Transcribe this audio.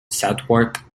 southwark